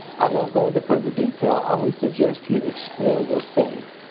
i won't go into further detail. i'll only suggest you explore those things.